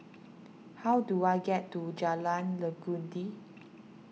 how do I get to Jalan Legundi